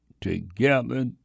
together